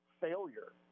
failure